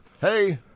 Hey